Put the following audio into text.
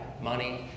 money